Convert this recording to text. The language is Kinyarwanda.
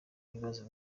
ibibazo